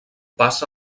passa